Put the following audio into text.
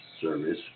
service